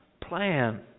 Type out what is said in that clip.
plan